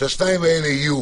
שהם יהיו